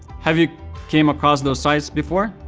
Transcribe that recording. have you came across those sites before?